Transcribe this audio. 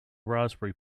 raspberry